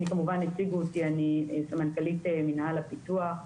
אני סמנכ"לית מינהל הפיתוח,